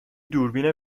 دوربین